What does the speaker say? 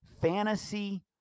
fantasy